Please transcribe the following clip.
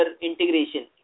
integration